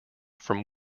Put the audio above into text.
from